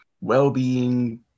well-being